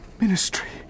ministry